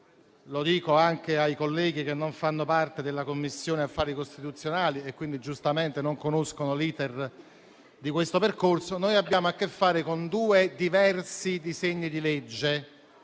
Lo dico ai colleghi che non fanno parte della Commissione affari costituzionali e quindi giustamente non conoscono l'*iter* di questo percorso. Noi abbiamo a che fare con due diversi disegni di legge